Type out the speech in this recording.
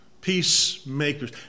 peacemakers